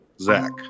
Zach